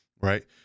right